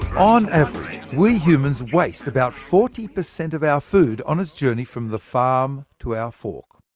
on average, we humans waste about forty per cent of our food on its journey from the farm to our fork.